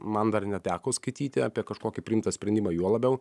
man dar neteko skaityti apie kažkokį priimtą sprendimą juo labiau